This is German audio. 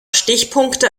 stichpunkte